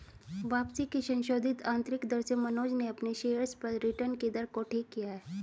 वापसी की संशोधित आंतरिक दर से मनोज ने अपने शेयर्स पर रिटर्न कि दर को ठीक किया है